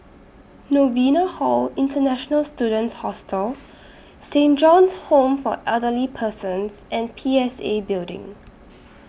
Novena Hall International Students Hostel Saint John's Home For Elderly Persons and P S A Building